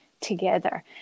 together